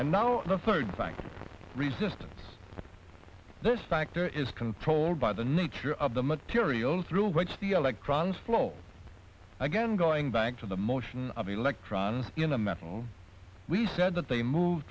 and now let's third thanks resistance this factor is controlled by the nature of the material through which the electrons flow again going back to the motion of electrons in the metal we said that they move